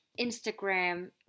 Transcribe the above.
Instagram